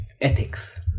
ethics